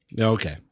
Okay